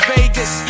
Vegas